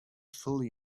fully